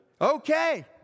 Okay